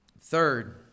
Third